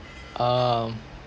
um